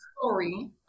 story